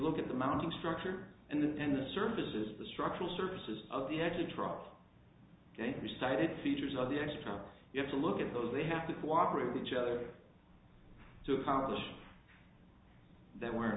look at the mounting structure and then the surfaces the structural surfaces of the edge of drugs they decided features of the extra you have to look at those they have to cooperate with each other to accomplish th